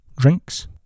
drinks